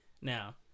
Now